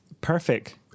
Perfect